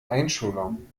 einschulung